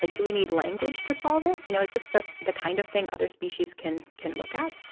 like do we need language to solve it? you know, is this the the kind of thing other species can can look at?